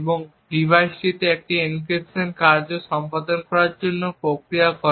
এবং ডিভাইসটিকে একটি এনক্রিপশন কার্য সম্পাদন করার জন্য প্রক্রিয়া করে